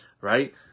right